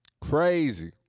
crazy